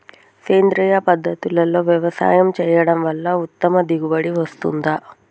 సేంద్రీయ పద్ధతుల్లో వ్యవసాయం చేయడం వల్ల ఉత్తమ దిగుబడి వస్తుందా?